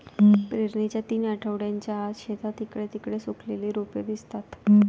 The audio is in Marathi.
पेरणीच्या तीन आठवड्यांच्या आत, शेतात इकडे तिकडे सुकलेली रोपे दिसतात